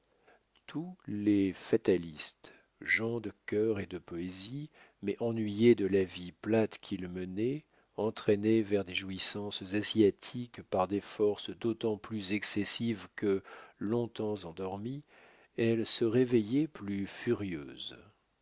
tous fatalistes gens de cœur et de poésie mais ennuyés de la vie plate qu'ils menaient entraînés vers des jouissances asiatiques par des forces d'autant plus excessives que long-temps endormies elles se réveillaient plus furieuses